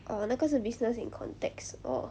orh 那个是 business in context or